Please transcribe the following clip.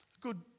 good